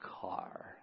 car